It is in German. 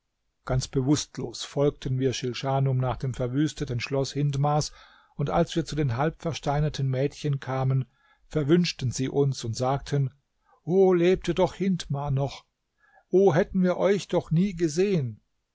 ganz bewußtlos folgten wir schilschanum nach dem verwüsteten schloß hindmars und als wir zu den halbversteinerten mädchen kamen verwünschten sie uns und sagten o lebte doch hindmar noch o hätten wir euch doch nie gesehen